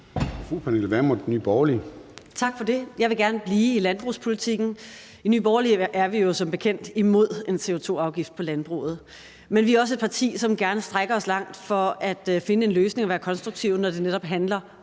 Fru Pernille Vermund, Nye Borgerlige. Kl. 14:02 Pernille Vermund (NB): Jeg vil gerne blive i landbrugspolitikken. I Nye Borgerlige er vi jo som bekendt imod en CO2-afgift på landbruget, men vi er også et parti, som gerne strækker sig langt for at finde en løsning og være konstruktive, når det netop handler om